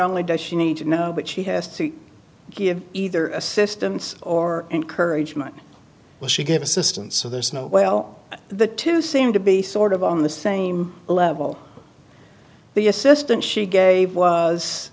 only does she need to know but she has to give either assistance or encouragement will she give assistance so there's no well the two seem to be sort of on the same level the assistant she gave was